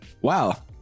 Wow